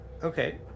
Okay